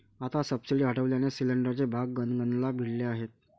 आता सबसिडी हटवल्याने सिलिंडरचे भाव गगनाला भिडले आहेत